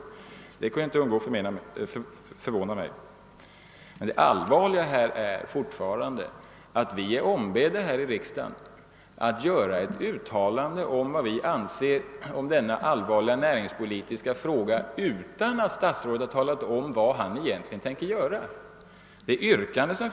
Detta kunde verkligen inte undgå att förvåna mig. Det allvarliga är fortfarande att vi är ombedda att här i riksdagen göra ett uttalande om vad vi anser i denna viktiga näringspolitiska fråga, utan att statsrådet talat om vad han egentligen tänker företa sig.